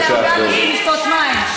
לשתות מים.